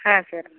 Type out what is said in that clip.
ಹಾಂ ಸರ್